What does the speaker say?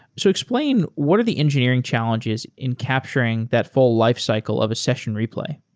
so explain what are the engineering challenges in capturing that full lifecycle of a session replay.